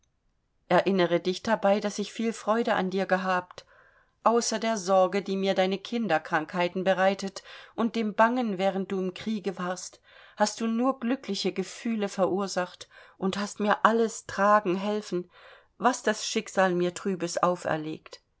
erinnere dich dabei daß ich viel freude an dir gehabt außer der sorge die mir deine kinderkrankheiten bereitet und dem bangen während du im kriege warst hast du mir nur glückliche gefühle verursacht und hast mir alles tragen helfen was das schicksal mir trübes auferlegt